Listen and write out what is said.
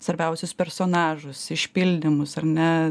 svarbiausius personažus išpildymus ar ne